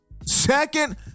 second